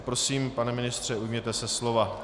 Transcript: Prosím, pane ministře, ujměte se slova.